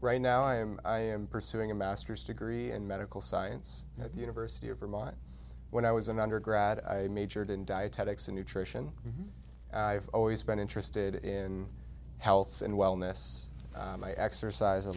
right now i am i am pursuing a master's degree in medical science at the university of vermont when i was an undergrad i majored in dietetics in nutrition i've always been interested in health and wellness and i exercise a